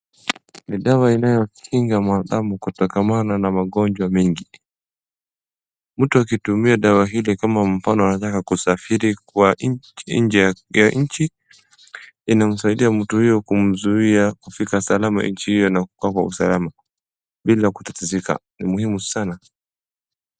Ni dawa inayokinga mwanadamu kutokana na magonjwa mengi. Mtu akitumia dawa hili kama mfano anataka kusafiri kwa nchi nje ya nchi inamsaidia mtu huyo kumzuia kufika salama nchi hiyo na kukaa kwa usalama bila kutatizika, ni muhimu sana.